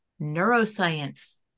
neuroscience